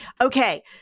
Okay